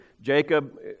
Jacob